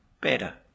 better